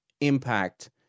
impact